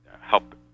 help